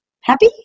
Happy